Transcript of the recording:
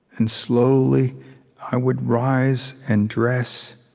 and slowly i would rise and dress